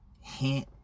Hint